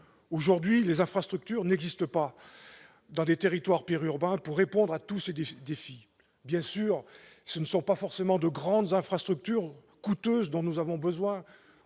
Aujourd'hui, les infrastructures n'existent pas dans les territoires périurbains pour répondre à tous ces défis. Bien sûr, ce ne sont pas forcément de grandes infrastructures, coûteuses, dont nous avons besoin